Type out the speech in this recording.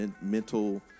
mental